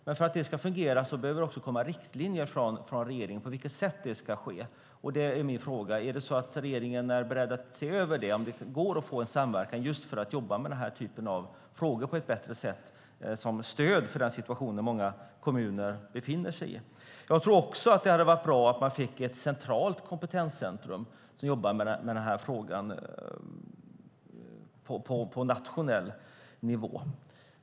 Men för att det ska fungera behöver det också komma riktlinjer från regeringen om på vilket sätt det ska ske. Är regeringen beredd att se över om det går att få en samverkan för att man ska kunna jobba med denna typ av frågor på ett bättre sätt som ett stöd till många kommuner i den situation som de befinner sig? Jag tror också att det skulle vara bra med ett centralt kompetenscentrum som jobbar med denna fråga på nationell nivå.